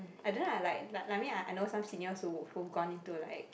I don't have like like me ah I know some seniors who who gone into like